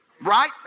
Right